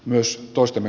myös toistemme